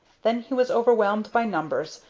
then he was overwhelmed by numbers,